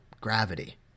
Gravity